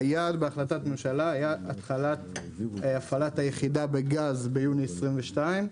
היעד בהחלטת הממשלה היה התחלת הפעלת היחידה בגז ביוני 2022,